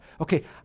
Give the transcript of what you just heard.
Okay